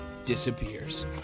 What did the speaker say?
disappears